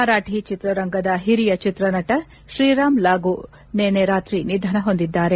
ಮರಾಠಿ ಚಿತ್ರರಂಗದ ಹಿರಿಯ ಚಿತ್ರನಟ ಶ್ರೀರಾಮ್ ಲಾಗೂ ನಿನ್ನೆ ರಾತ್ರಿ ನಿಧನ ಹೊಂದಿದ್ದಾರೆ